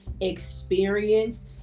experience